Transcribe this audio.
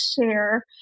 share